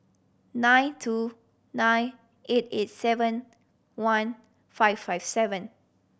nine two nine eight eight seven one five five seven